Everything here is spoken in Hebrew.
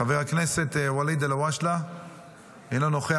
חבר הכנסת ואליד אלהואשלה, אינו נוכח,